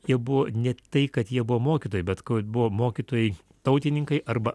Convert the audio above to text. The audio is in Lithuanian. jie buvo ne tai kad jie buvo mokytojai bet buvo mokytojai tautininkai arba